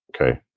Okay